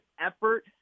effort